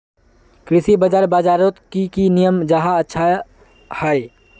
कृषि बाजार बजारोत की की नियम जाहा अच्छा हाई?